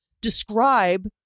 describe